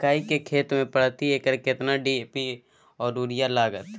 मकई की खेती में प्रति एकर केतना डी.ए.पी आर यूरिया लागत?